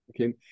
Okay